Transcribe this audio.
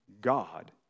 God